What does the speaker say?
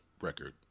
record